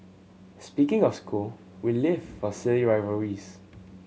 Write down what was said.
speaking of school we live for silly rivalries